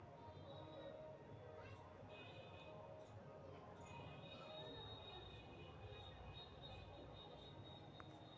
औद्योगिक गन्जा के वैश्विक बजार मोटामोटी पांच बिलियन डॉलर के हइ